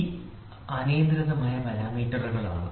ഇവ അനിയന്ത്രിതമായ പാരാമീറ്ററുകളാണ്